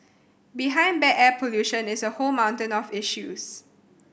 behind bad air pollution is a whole mountain of issues